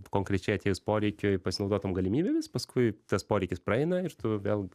konkrečiai atėjus poreikiui pasinaudot tom galimybėmis paskui tas poreikis praeina ir tu vėl